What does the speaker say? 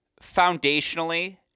foundationally